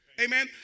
Amen